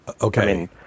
Okay